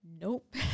Nope